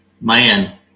man